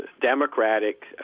Democratic